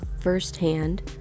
firsthand